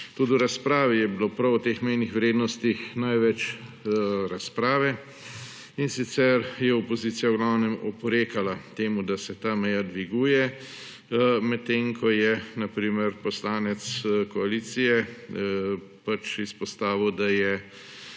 Tudi v razpravi je bilo prav o teh mejnih vrednostih največ razprave, in sicer je opozicija v glavnem oporekala temu, da se ta meja dviguje, medtem ko je na primer poslanec koalicije izpostavil, da je